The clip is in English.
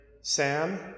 Sam